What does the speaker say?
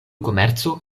komerco